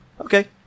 okay